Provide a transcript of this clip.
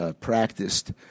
practiced